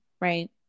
right